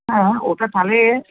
হ্যাঁ ওটা তাহলে